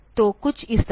तो कुछ इस तरह